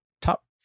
top